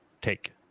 take